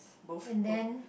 and then